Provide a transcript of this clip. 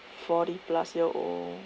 forty plus year old